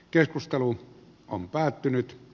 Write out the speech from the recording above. keskustelu on päättynyt